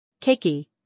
Cakey